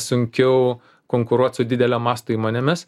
sunkiau konkuruot su didelio masto įmonėmis